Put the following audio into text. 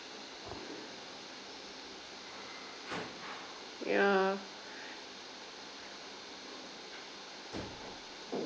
ya